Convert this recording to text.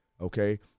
okay